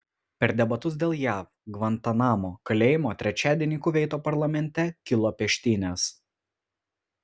per debatus dėl jav gvantanamo kalėjimo trečiadienį kuveito parlamente kilo peštynės